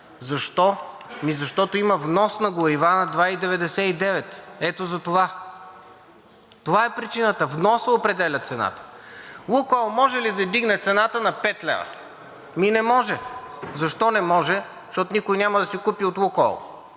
Защо? Ами, защото има внос на горива на 2,99 лв. Ето затова! Това е причината! Вносът определя цената. „Лукойл“ може ли да вдигне цената на 5 лв.? Ами, не може! Защо не може? Защото никой няма да си купи от „Лукойл“,